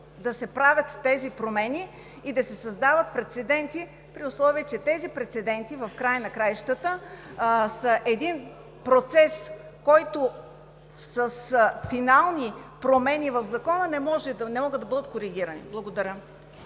да се правят тези промени и да се създават прецеденти, при условие че те в края на краищата са един процес, който с финални промени в Закона не могат да бъдат коригирани. Благодаря.